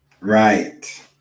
Right